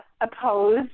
oppose